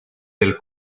del